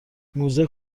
موزه